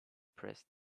pressed